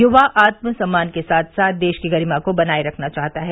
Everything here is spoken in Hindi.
युवा आत्म सम्मान के साथ साथ देश की गरिमा को बनाये रखना चाहता है